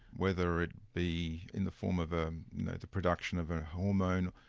whether it be in the form of ah the production of a hormone,